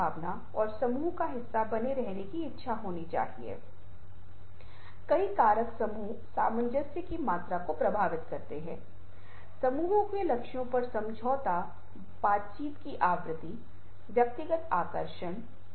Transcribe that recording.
यहाँ एक अंतिम है लेकिन एक उदाहरण है तो आप पाते हैं कि इन मामलों में से प्रत्येक में यदि आप एक साधारण पाठ के साथ विभिन्न तुलना कर रहे हैं तो अर्थ बहुत अलग है और आप उन चीजों को करने में सक्षम हैं जो विभिन्न समय की अंको पर विभिन्न चीजों को व्यक्त करने में सक्षम हैं